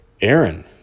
Aaron